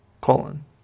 colon